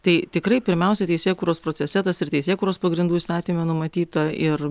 tai tikrai pirmiausia teisėkūros procese tas ir teisėkūros pagrindų įstatyme numatyta ir